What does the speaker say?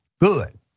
good